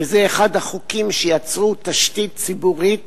וזה היה אחד החוקים שיצרו תשתית ציבורית